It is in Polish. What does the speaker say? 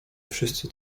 wszyscy